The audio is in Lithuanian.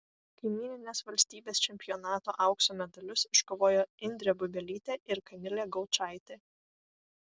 kaimyninės valstybės čempionato aukso medalius iškovojo indrė bubelytė ir kamilė gaučaitė